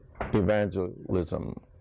evangelism